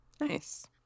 Nice